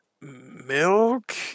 milk